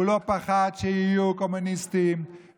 והוא לא פחד שיהיו קומוניסטים,